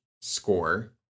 score